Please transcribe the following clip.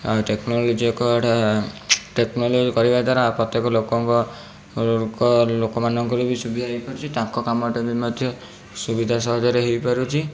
ଆଉ ଟେକ୍ନଲୋଜି ଏକ ଏଟା ଟେକ୍ନଲୋଜି କରିବା ଦ୍ୱାରା ପ୍ରତ୍ୟେକ ଲୋକଙ୍କ ଲୋକ ଲୋକମାନଙ୍କର ବି ସୁବିଧା ହେଇପାରୁଛି ତାଙ୍କ କାମଟା ବି ମଧ୍ୟ ସୁବିଧା ସହଜରେ ହେଇପାରୁଛି